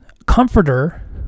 Comforter